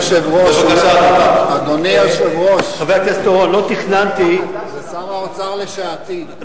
אדוני היושב-ראש, זה שר האוצר לעתיד.